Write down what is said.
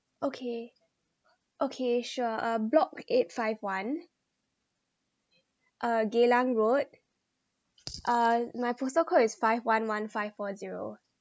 okay okay sure um block eight five one uh geylang road uh my postal code is five one one five four zero